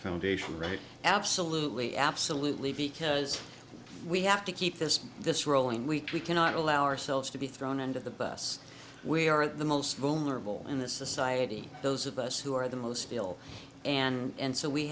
foundation right absolutely absolutely because we have to keep this this rolling week we cannot allow ourselves to be thrown under the bus we are the most vulnerable in this society those of us who are the most feel and so we